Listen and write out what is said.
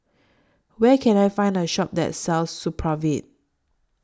Where Can I Find A Shop that sells Supravit